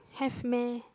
have meh